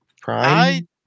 Prime